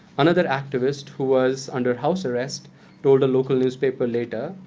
another activist who was under house arrest told a local newspaper later,